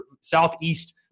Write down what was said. southeast